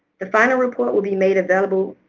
the final report will be made available,